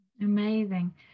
Amazing